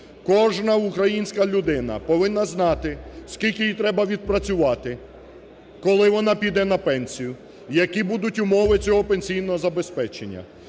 Кожна українська людина повинна знати скільки їй треба відпрацювати, коли вона піде на пенсію, які будуть умови цього пенсійного забезпечення.